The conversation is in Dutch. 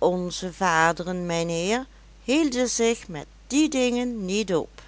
onze vaderen mijnheer hielden zich met die dingen niet op